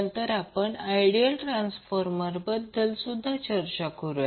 नंतर आपण आयडियल ट्रान्सफॉर्मरबद्दल सुद्धा चर्चा करूया